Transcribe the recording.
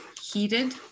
heated